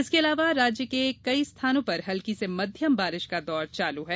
इसके अलावा राज्य के कई स्थानों पर हल्की से मध्यम बारिश का दौर चालू है